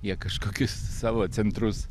jie kažkokius savo centrus